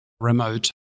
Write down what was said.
remote